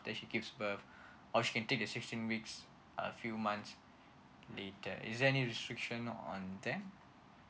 after she give birth or she can take the sixteen weeks a few months later is there any restriction on that